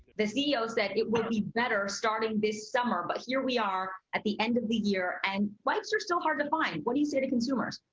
the ceo said it would be better starting this summer but here we are at the end of the year and wipes are still hard to find. what do you say to consumers?